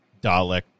dalek